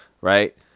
right